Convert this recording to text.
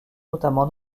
notamment